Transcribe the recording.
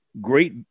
great